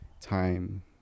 time